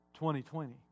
2020